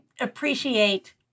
appreciate